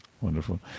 Wonderful